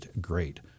great